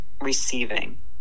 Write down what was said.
receiving